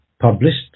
published